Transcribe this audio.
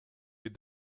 with